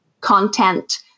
content